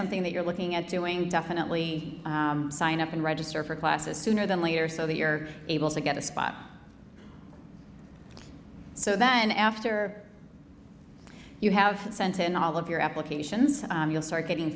something that you're looking at doing definitely sign up and register for classes sooner than later so that you're able to get a spot so then after you have sent in all of your applications you'll start getting